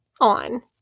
on